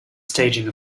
staging